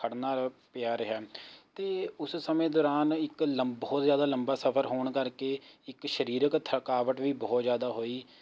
ਖੜ੍ਹਨਾ ਰ ਪਿਆ ਰਿਹਾ ਅਤੇ ਉਸ ਸਮੇਂ ਦੌਰਾਨ ਇੱਕ ਲੰਬਾ ਬਹੁਤ ਜ਼ਿਆਦਾ ਲੰਬਾ ਸਫ਼ਰ ਹੋਣ ਕਰਕੇ ਇੱਕ ਸਰੀਰਕ ਥਕਾਵਟ ਵੀ ਬਹੁਤ ਜ਼ਿਆਦਾ ਹੋਈ